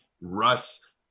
Russ